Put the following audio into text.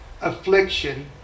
affliction